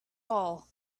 all